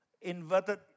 inverted